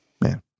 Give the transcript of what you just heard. man